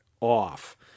off